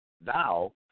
Thou